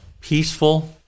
peaceful